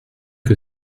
que